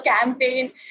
campaign